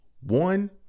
One